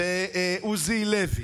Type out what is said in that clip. עוזי לוי,